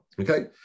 Okay